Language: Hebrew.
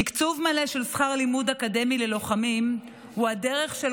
תקצוב של שכר לימוד אקדמי ללוחמים הוא הדרך של